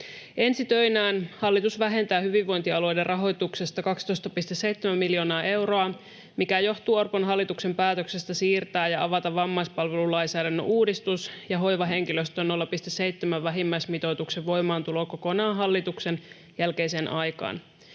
Ensi töinään hallitus vähentää hyvinvointialueiden rahoituksesta 12,7 miljoonaa euroa, mikä johtuu Orpon hallituksen päätöksestä siirtää ja avata vammaispalvelulainsäädännön uudistus ja hoivahenkilöstön 0,7:n vähimmäismitoituksen voimaantulo kokonaan hallituksen jälkeiseen aikaan.